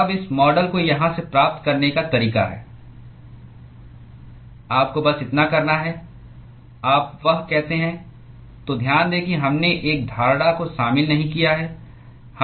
अब इस मॉडल को यहां से प्राप्त करने का तरीका है आपको बस इतना करना है आप वह कहते हैं तो ध्यान दें कि हमने एक धारणा को शामिल नहीं किया है